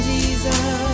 Jesus